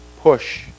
push